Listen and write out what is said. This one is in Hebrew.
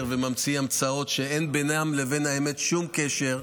וממציא המצאות שאין בינן לבין האמת שום קשר,